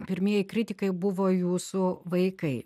pirmieji kritikai buvo jūsų vaikai